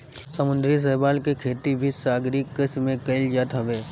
समुंदरी शैवाल के खेती भी सागरीय कृषि में कईल जात हवे